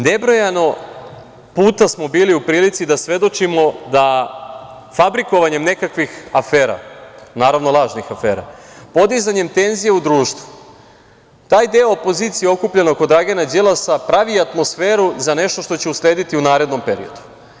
Nebrojeno puta smo bili u prilici da svedočimo da fabrikovanjem nekakvih afera, naravno, lažnih afera, podizanjem tenzija u društvu, taj deo opozicije okupljen oko Dragana Đilasa pravi atmosferu za nešto što će uslediti u narednom periodu.